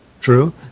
True